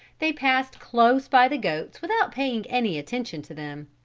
they passed close by the goats without paying any attention to them.